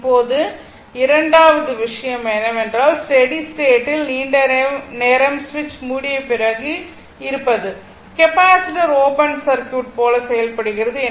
இப்போது இரண்டாவது விஷயம் என்னவென்றால் ஸ்டெடி ஸ்டேட் ல் நீண்ட நேரம் சுவிட்ச் மூடிய பிறகு இருப்பது கெப்பாசிட்டர் ஓப்பன் சர்க்யூட் போல செயல்படுகிறது